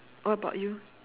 what about you